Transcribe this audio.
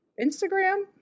Instagram